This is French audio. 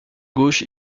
gauche